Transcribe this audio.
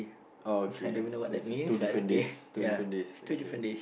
okay so it's a two different days two different days okay